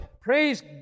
Praise